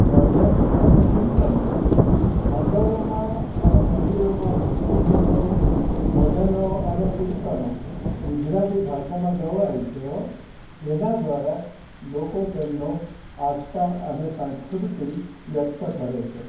ભજન અને કિર્તનો મંડળોમાં અને મંદિરોમાં ભક્તિગીતો ભજનો અને કિર્તનો ગુજરાતી ભાષામાં ગવાય છે હો જેના દ્વારા લોકો તેમની આસ્થા અને સંસ્કૃતિ વ્યક્ત કરે છે